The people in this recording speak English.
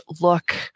look